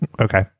Okay